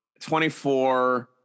24